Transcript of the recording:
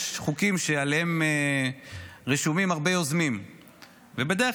יש חוקים שעליהם רשומים הרבה יוזמים ובדרך